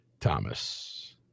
Thomas